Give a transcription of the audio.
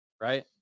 right